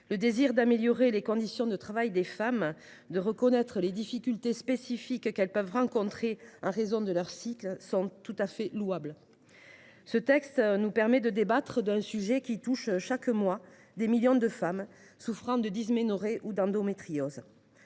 Le désir d’améliorer les conditions de travail des femmes et de reconnaître les difficultés spécifiques qu’elles peuvent rencontrer en raison de leur cycle menstruel est tout à fait louable. Ce texte nous permet de débattre d’un sujet qui touche, chaque mois, des millions de femmes souffrant de dysménorrhée ou d’endométriose.